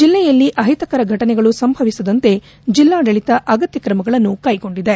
ಜಲ್ಲೆಯಲ್ಲಿ ಅಹಿತಕರ ಫಟನೆಗಳು ಸಂಭವಿಸದಂತೆ ಜೆಲ್ಲಾಡಳಿತ ಅಗತ್ಯ ಕ್ರಮಗಳನ್ನು ಕೈಗೊಂಡಿದೆ